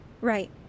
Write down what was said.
Right